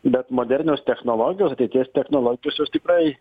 bet modernios technologijos ateities technologijos jos tikrai